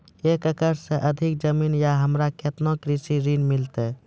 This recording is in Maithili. एक एकरऽ से अधिक जमीन या हमरा केतना कृषि ऋण मिलते?